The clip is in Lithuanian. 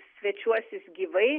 svečiuosis gyvai